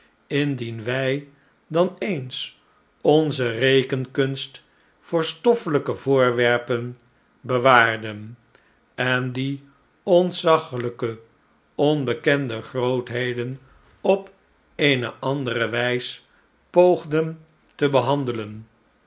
indien wij dan eens onze rekenkunst voor stoffelijke voorwerpen bewaarden en die ontzaglijke onbekende grootheden op eene andere wijs poogden te behandelen